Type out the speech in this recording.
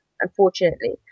unfortunately